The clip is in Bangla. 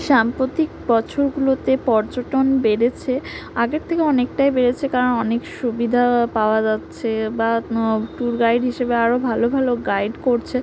সাম্প্রতিক বছরগুলোতে পর্যটন বেড়েছে আগের থেকে অনেকটাই বেড়েছে কারণ অনেক সুবিধা পাওয়া যাচ্ছে বা টুর গাইড হিসেবে আরও ভালো ভালো গাইড করছে